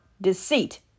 deceit